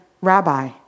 Rabbi